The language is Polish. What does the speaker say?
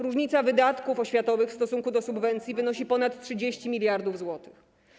Różnica wydatków oświatowych w stosunku do subwencji wynosi ponad 30 mld zł.